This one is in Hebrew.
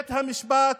בית המשפט